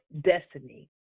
destiny